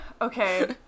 Okay